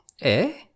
Eh